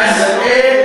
באמת.